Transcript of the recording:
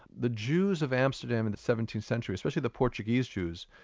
the jews of amsterdam in the seventeenth century, especially the portuguese jews,